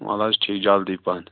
وَل حظ ٹھیٖک جلدی پَہم